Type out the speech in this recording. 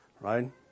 Right